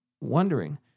wondering